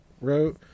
wrote